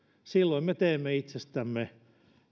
silloin me teemme itsestämme